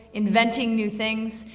inventing new things,